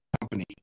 company